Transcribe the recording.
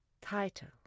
title